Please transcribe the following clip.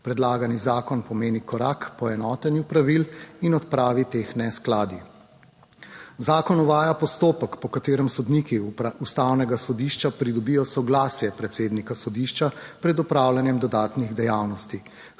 Predlagani zakon pomeni korak k poenotenju pravil in odpravi teh neskladij. Zakon uvaja postopek, po katerem sodniki Ustavnega sodišča pridobijo soglasje predsednika sodišča pred opravljanjem dodatnih dejavnosti.